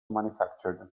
manufactured